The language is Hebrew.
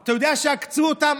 אתה יודע שעקצו אותם,